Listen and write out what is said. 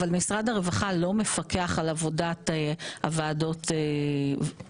אבל משרד הרווחה לא מפקח על עבודת ועדות הסיעוד.